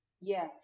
Yes